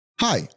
Hi